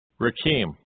Rakim